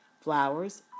flowers